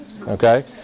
Okay